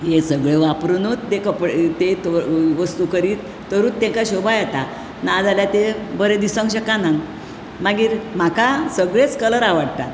हें सागळें वापरूनुत ते कपडे ते वस्तू करीत तरूत तेका शोभा येता नाजाल्यार ते बरे दिसोंक शकाना मागीर म्हाका सगलेंच कलर आवडटा